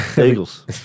Eagles